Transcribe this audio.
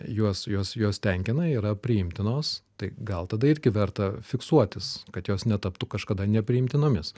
juos juos juos tenkina yra priimtinos tai gal tada irgi verta fiksuotis kad jos netaptų kažkada nepriimtinomis